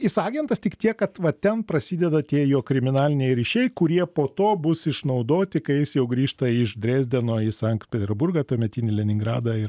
jis agentas tik tiek kad va ten prasideda tie jo kriminaliniai ryšiai kurie po to bus išnaudoti kai jis jau grįžta iš drezdeno į sankt peterburgą tuometinį leningradą ir